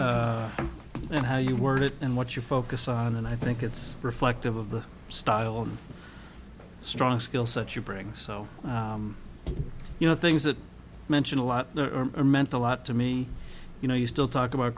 and how you word it and what you focus on and i think it's reflective of the style and strong skillset you bring so you know things that mention a lot or meant a lot to me you know you still talk about